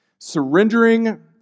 Surrendering